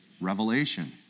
revelation